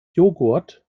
joghurt